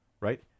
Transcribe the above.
right